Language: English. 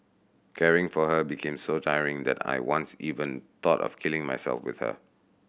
caring for her became so tiring that I once even thought of killing myself with her